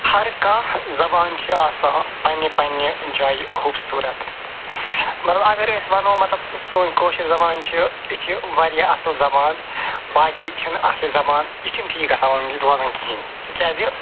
ہر کانٛہہ زبان چھِ آسان پنٛنہِ پنٛنہِ جایہِ خوٗبصوٗرت مطلب اگرَے أسۍ وَنو مطلب سٲنۍ کٲشِر زبان چھِ یہِ چھِ وارِیاہ اَصٕل زبان باقی چھِنہٕ اَصلہِ زبان یہِ چھُنہٕ ٹھیٖک گَژھان وَنُن کہِ روزان کِہیٖنۍ تِکیٛازِ